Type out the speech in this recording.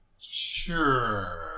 Sure